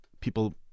people